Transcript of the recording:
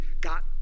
got